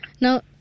Now